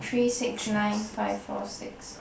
three six nine five four six